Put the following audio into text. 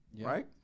Right